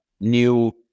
new